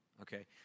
Okay